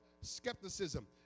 skepticism